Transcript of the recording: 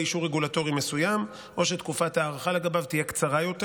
אישור רגולטורי מסוים או שתקופת ההארכה לגביו תהיה קצרה יותר,